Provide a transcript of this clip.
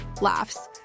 Laughs